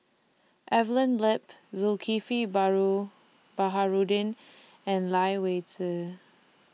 Evelyn Lip Zulkifli Baharudin and Lai Weijie